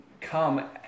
come